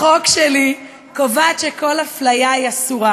הצעת החוק שלי קובעת שכל אפליה היא אסורה,